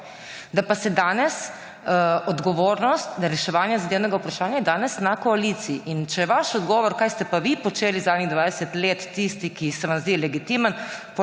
Da pa je danes odgovornost za reševanje zadevnega vprašanja na koaliciji. In če je vaš odgovor, kaj ste pa vi počeli zadnjih 20 let, tisti, ki se vam zdi legitimen,